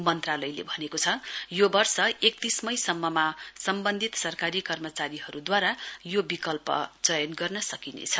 मन्त्रालयले भनेको छ यो वर्ष एकतीस मई सम्ममा सम्वन्धित सरकारी कर्मचारीहरूदवारा यो विकल्प चयन गर्न सकिनेछ